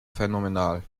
phänomenal